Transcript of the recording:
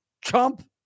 Trump